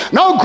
no